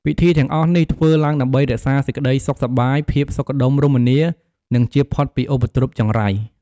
ពិធីទាំងអស់នេះធ្វើឡើងដើម្បីរក្សាសេចក្តីសុខសប្បាយ ភាពសុខដុមរមនា និងជៀសផុតពីឧបទ្រពចង្រៃ។